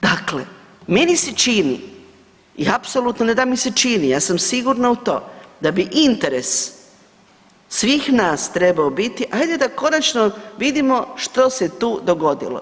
Dakle, meni se čini i apsolutno, ne da mi se čini, ja sam sigurna u to da bi interes svih nas trebao biti, ajde da konačno vidimo što se tu dogodilo.